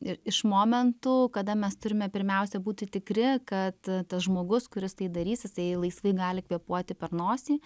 iš momentų kada mes turime pirmiausia būti tikri kad tas žmogus kuris tai darys jisai laisvai gali kvėpuoti per nosį